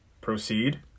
Proceed